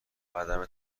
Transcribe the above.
عدم